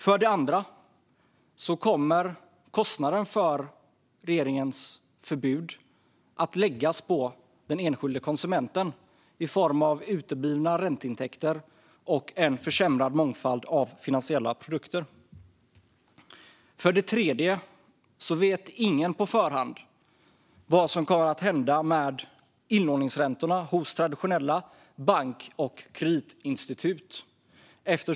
För det andra kommer kostnaden för regeringens förbud att läggas på den enskilda konsumenten i form av uteblivna ränteintäkter och en försämrad mångfald av finansiella produkter. För det tredje vet ingen på förhand vad som kommer att hända med inlåningsräntorna hos traditionella bank och kreditinstitut.